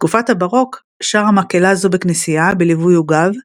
בתקופת הבארוק שרה מקהלה זו בכנסייה, בליווי עוגב,